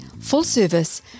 full-service